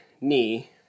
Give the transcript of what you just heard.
knee